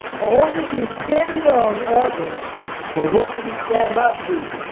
only depend and on others for what you cannot do.